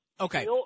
okay